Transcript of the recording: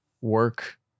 work